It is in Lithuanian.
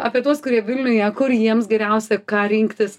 apie tuos kurie vilniuje kur jiems geriausia ką rinktis